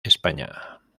españa